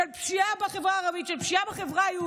של פשיעה בחברה הערבית,